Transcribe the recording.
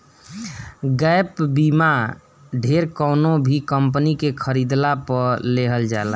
gap बीमा ढेर कवनो भी कंपनी के खरीदला पअ लेहल जाला